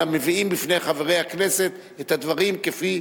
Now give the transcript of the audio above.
אלא הם מביאים בפני חברי הכנסת את הדברים כפי